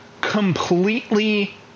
completely